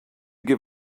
give